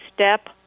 step